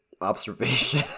observation